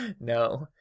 no